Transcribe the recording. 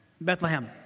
Bethlehem